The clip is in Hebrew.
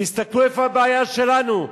תסתכלו איפה הבעיה שלנו.